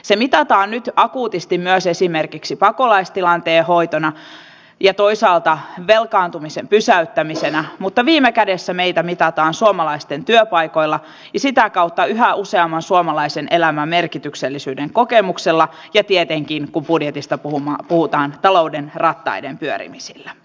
se mitataan nyt akuutisti myös esimerkiksi pakolaistilanteen hoitona ja toisaalta velkaantumisen pysäyttämisenä mutta viime kädessä meitä mitataan suomalaisten työpaikoilla ja sitä kautta yhä useamman suomalaisen elämän merkityksellisyyden kokemuksella ja tietenkin kun budjetista puhutaan talouden rattaiden pyörimisillä